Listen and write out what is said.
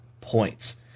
points